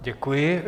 Děkuji.